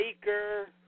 Baker